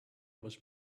was